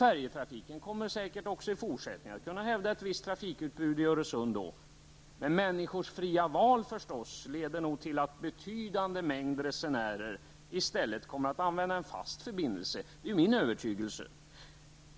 Färjetrafiken kommer säkert också i fortsättningen att kunna hävda ett visst trafikutbud i Öresund, men människors fria val leder nog till att en betydande mängd resenärer i stället kommer att använda en fast förbindelse. Det är min övertygelse.